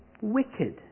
wicked